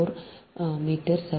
74 metre